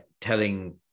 telling